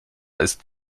ist